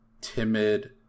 timid